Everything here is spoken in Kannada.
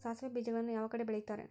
ಸಾಸಿವೆ ಬೇಜಗಳನ್ನ ಯಾವ ಕಡೆ ಬೆಳಿತಾರೆ?